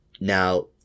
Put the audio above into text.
Now